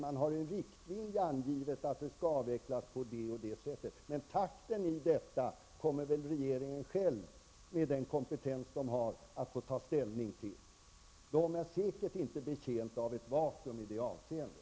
Man har angivit i en riktlinje att det skall avvecklas på ett visst sätt, men takten i detta kommer väl regeringen själv, med den kompetens den har, att få ta ställning till. Regeringen är säkert inte betjänt av ett vakuum i det avseendet.